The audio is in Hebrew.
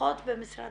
לפחות במשרד